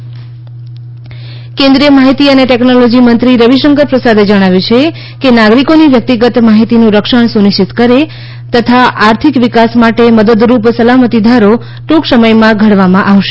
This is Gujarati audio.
રવિશંકર પ્રસાદ કેન્દ્રીય માહિતી અને ટેકનોલોજી મંત્રી રવિશંકર પ્રસાદે જણાવ્યું છે કે નાગરિકોની વ્યક્તિગત માહિતીનું રક્ષણ સુનિશ્ચિત કરે તથા આર્થિક વિકાસ માટે મદદરૂપ સલામતી ધારો ટ્રંક સમયમાં ઘડવામાં આવશે